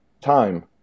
time